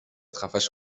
خفش